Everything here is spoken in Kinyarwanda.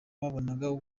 babonaga